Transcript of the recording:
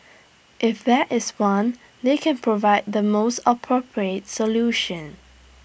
if there is one they can provide the most appropriate solution